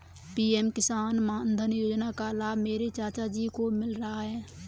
PM Kisan Maandhan Yojana का लाभ मेरे चाचा जी को मिल रहा है